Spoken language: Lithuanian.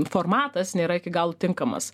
formatas nėra iki galo tinkamas